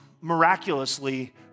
miraculously